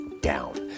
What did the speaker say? down